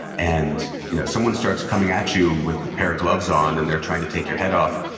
and you know someone starts coming at you with a pair of gloves on, and they're trying to take your head off,